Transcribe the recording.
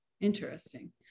Interesting